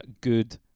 good